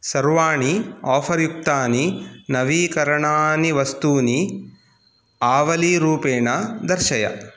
सर्वाणि आफर् युक्तानि नवीकरणानिवस्तूनि आवलीरूपेण दर्शय